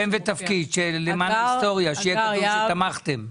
שם ותפקיד, למען ההיסטוריה, שיהיה כתוב שתמכתם.